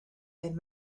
and